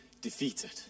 defeated